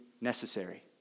necessary